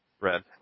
red